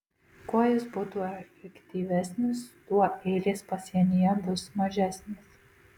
kuo jis būtų efektyvesnis tuo eilės pasienyje bus mažesnės